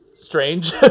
strange